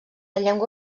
llengua